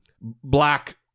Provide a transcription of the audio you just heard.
black